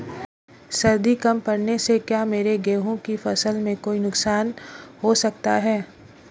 सर्दी कम पड़ने से क्या मेरे गेहूँ की फसल में कोई नुकसान हो सकता है?